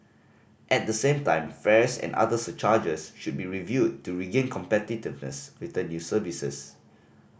at the same time fares and other surcharges should be reviewed to regain competitiveness with the new services